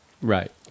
Right